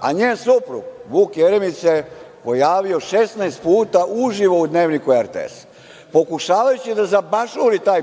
a njen suprug, Vuk Jeremić, se pojavio 16 puta uživo u „Dnevniku“ RTS, pokušavajući da zabašuri taj